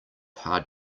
hard